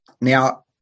Now